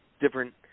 different